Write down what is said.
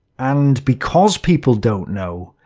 and because people don't know,